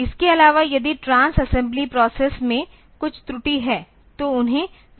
इसके अलावा यदि ट्रांस असेंबली प्रोसेस में कुछ त्रुटि है तो उन्हें फ्लैश किया जा सकता है